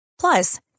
Plus